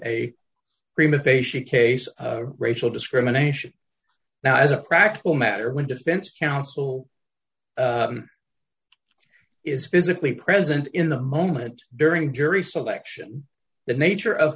facia case of racial discrimination now as a practical matter when defense counsel is physically present in the moment during jury selection the nature of